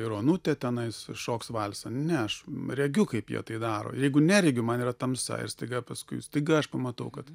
ir onutė tenais šoks valsą ne aš regiu kaip jie tai daro ir jeigu neregiu man yra tamsa ir staiga paskui staiga aš pamatau kad